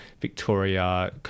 Victoria